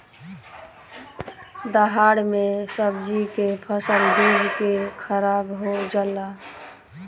दहाड़ मे सब्जी के फसल डूब के खाराब हो जला